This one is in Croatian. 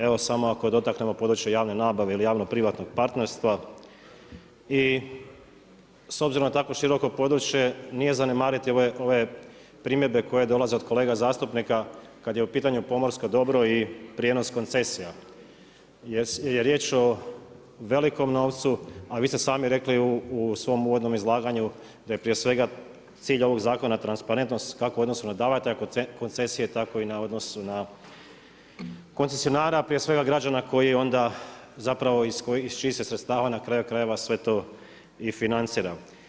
Evo samo ako dotaknemo područje javne nabave ili javno privatnog partnerstva i s obzirom na tako široko područje, nije zanemariti, ove primjedbe koje dolaze od kolega zastupnika kad je u pitanju pomorsko dobro i prijenos koncesija, gdje je riječ o velikom novcu, a vi ste sami rekli u svom uvodnom izlaganju, da je prije svega cilj ovog zakona transparentnost, kako u odnosu na davatelja koncesija, tako i na odnosu na koncesionara, a prije svega građana iz čijih se sredstava na kraju krajeva i sve to i financira.